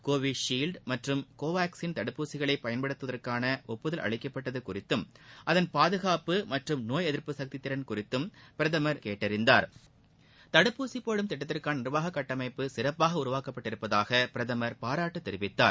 கோவிஷீவ்டு மற்றும் கோவாக்சின் தடுப்பூசிகளை பயன்படுத்துவதற்கான ஒப்புதல் அளிக்கப்பட்டது குறித்தும் அதன் பாதுகாப்பு மற்றும் நோய் எதிர்ப்பு சக்தி திறன் குறித்தும் பிரதமரிடம் விரிவாக இக்கூட்டத்தில் எடுக்குரைக்கப்பட்டகு தடுப்பூசி போடும் திட்டத்திற்கான நிர்வாக கட்டமைப்பு சிறப்பாக உருவாக்கப்பட்டுள்ளதாக பிரதமர் பாராட்டு தெரிவித்தார்